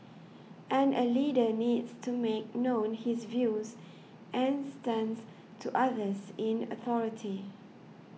and a leader needs to make known his views and stance to others in authority